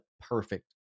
perfect